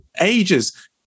ages